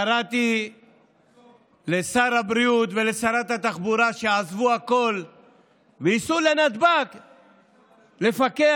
קראתי לשר הבריאות ולשרת התחבורה שיעזבו הכול וייסעו לנתב"ג לפקח,